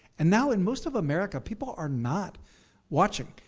and now in most of america, people are not watching.